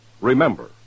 remember